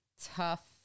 tough